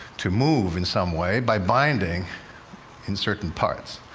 to move in some way by binding in certain parts.